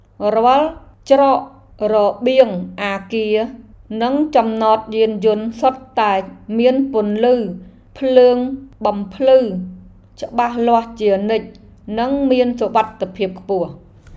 រាល់ច្រករបៀងអគារនិងចំណតយានយន្តសុទ្ធតែមានពន្លឺភ្លើងបំភ្លឺច្បាស់លាស់ជានិច្ចនិងមានសុវត្ថិភាពខ្ពស់។